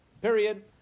Period